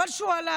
חבל שהוא הלך.